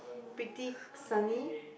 pretty sunny